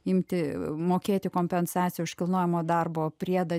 imti mokėti kompensaciją už kilnojamo darbo priedą